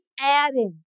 adding